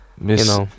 Miss